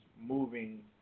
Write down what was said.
moving